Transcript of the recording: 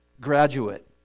graduate